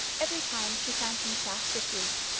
every time she found him fast asleep.